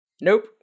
Nope